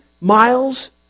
miles